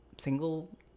single